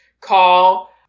call